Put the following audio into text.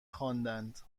خواندند